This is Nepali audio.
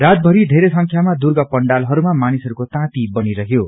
रातभिरि धेरै संख्याामा दुर्गा पंडालहरूमा मानिसहरूको ताँती बनिरहयो